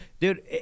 dude